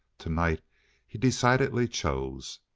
tonight he decidedly chose.